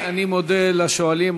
אני מודה לשואלים,